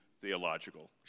theological